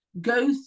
Go